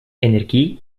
energie